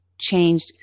changed